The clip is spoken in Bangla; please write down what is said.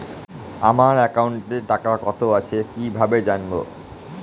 আমার একাউন্টে টাকা কত আছে কি ভাবে জানবো?